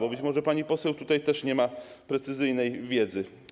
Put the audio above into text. Być może pani poseł tutaj też nie ma precyzyjnej wiedzy.